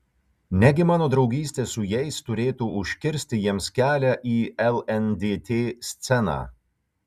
negi mano draugystė su jais turėtų užkirsti jiems kelią į lndt sceną